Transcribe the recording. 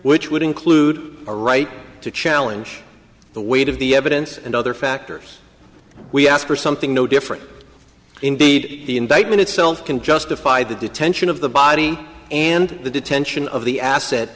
which would include a right to challenge the weight of the evidence and other factors we ask for something no different indeed the indictment itself can justify the detention of the body and the detention of the asset